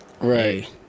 right